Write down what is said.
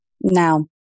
Now